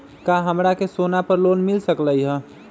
का हमरा के सोना पर लोन मिल सकलई ह?